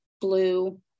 blue